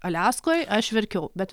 aliaskoj aš verkiau bet